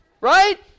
right